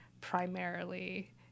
primarily